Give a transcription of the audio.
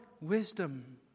wisdom